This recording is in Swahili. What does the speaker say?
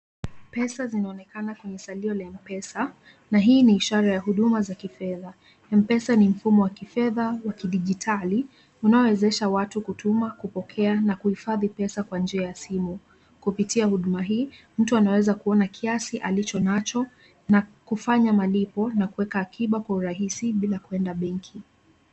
Pesa zinaonekana kwenye salio la M-Pesa na hii ni ishara za huduma za kifedha. M-Pesa ni mfumo wa pesa ya kidigitali, unaowezesha watu kutuma na kupokea na kuhuifadhi pesa kwa njia ya simu. Kupitia huduma hii mtu anaweza kuona kiasi alichonacho na kufanya malipo na kuweka akiba kwa urahisi bila kuenda benki.